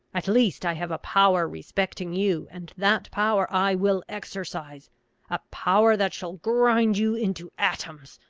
at least i have a power respecting you, and that power i will exercise a power that shall grind you into atoms.